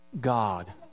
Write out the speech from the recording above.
God